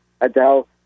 Adele